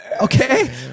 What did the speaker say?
Okay